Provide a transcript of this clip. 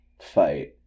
fight